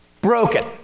broken